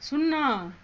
शुन्ना